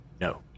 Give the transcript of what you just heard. No